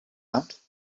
out